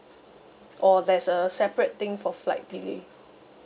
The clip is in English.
oh there's a separate thing for flight delay